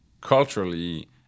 culturally